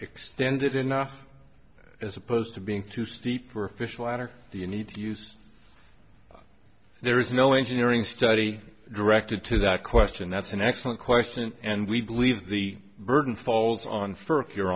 extended enough as opposed to being too steep for official enter the need to use there is no engineering study directed to that question that's an excellent question and we believe the burden falls on for your